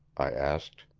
i asked.